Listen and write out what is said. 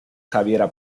javiera